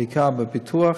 בעיקר בפיתוח,